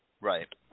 Right